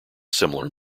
similar